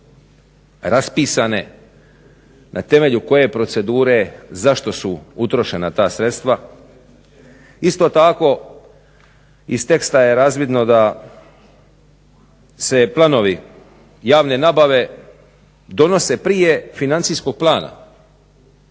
raspisane, na temelju koje procedure, zašto su utrošena ta sredstva. Isto tako, iz teksta je razvidno da se planovi javne nabave donose prije financijskog plana.